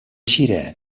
gira